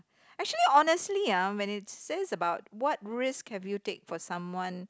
actually honestly ah when it says about what risk have you take for someone